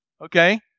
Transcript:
Okay